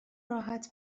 راحت